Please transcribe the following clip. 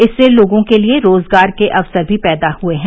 इससे लोगों के लिए रोजगार के अवसर भी पैदा हुए हैं